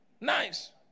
Nice